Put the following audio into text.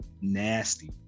nasty